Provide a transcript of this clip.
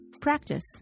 practice